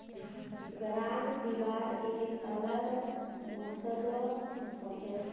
grant दिबार एक अलग मकसदो हछेक